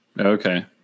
okay